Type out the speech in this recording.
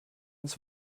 ins